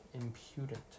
impudent